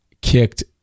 kicked